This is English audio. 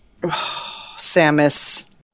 samus